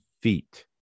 feet